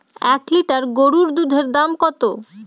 এক লিটার গরুর দুধের দাম কত?